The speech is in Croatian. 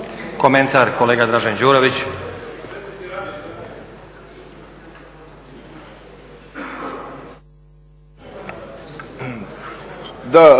Komentar kolega Dražen Đurović.